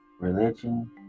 Religion